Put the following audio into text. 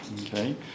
Okay